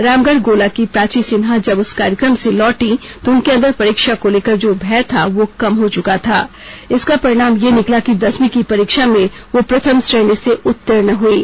रामगढ़ गोला की प्राची सिन्हा जब उस कार्यक्रम से लौटी तो उनके अंदर परीक्षा को लेकर जो भय था वह कम हो चुका था इसका परिणाम यह निकला कि दसवीं की परीक्षा में वह प्रथम श्रेणी से उत्तीर्ण हईं